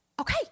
Okay